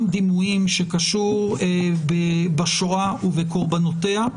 דימויים שקשור בשואה ובקורבנותיה,